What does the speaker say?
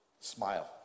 Smile